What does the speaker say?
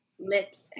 lips